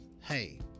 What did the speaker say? hey